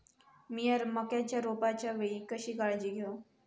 मीया मक्याच्या रोपाच्या वेळी कशी काळजी घेव?